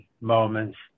moments